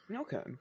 Okay